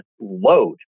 load